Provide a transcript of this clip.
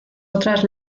otras